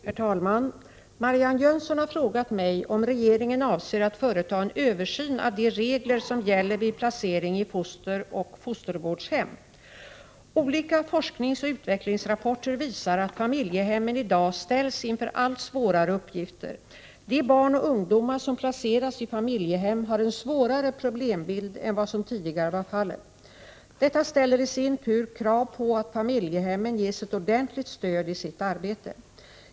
Herr talman! Marianne Jönsson har frågat mig om regeringen avser att företa en översyn av de regler som gäller vid placering i fosteroch fostervårdshem. Olika forskningsoch utvecklingsrapporter visar att familjehemmen i dag ställs inför allt svårare uppgifter. De barn och ungdomar som placeras i familjehem har en svårare problembild än vad som tidigare var fallet. Detta ställer i sin tur krav på att familjehemmen ges ett ordentligt stöd i sitt arbete.